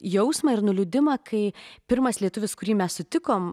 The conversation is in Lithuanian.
jausmą ir nuliūdimą kai pirmas lietuvis kurį mes sutikom